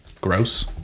gross